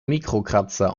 mikrokratzer